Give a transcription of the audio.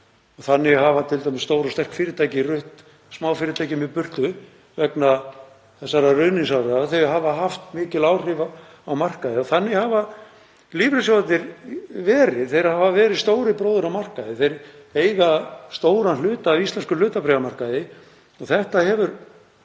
Þannig hafa t.d. stór og sterk fyrirtæki rutt smáfyrirtækjum í burtu vegna þessara ruðningsáhrifa. Þau hafa haft mikil áhrif á markaði og þannig hafa lífeyrissjóðirnir verið. Þeir hafa verið stóri bróðir á markaði. Þeir eiga stóran hluta af íslenskum hlutabréfamarkaði. Þetta hefur